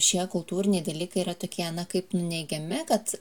šie kultūriniai dalykai yra tokie na kaip nuneigiami kad